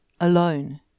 alone